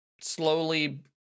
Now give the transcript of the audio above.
slowly